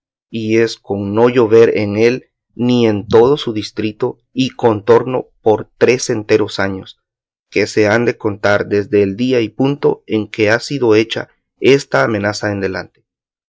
y es con no llover en él ni en todo su distrito y contorno por tres enteros años que se han de contar desde el día y punto en que ha sido hecha esta amenaza en adelante